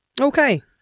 okay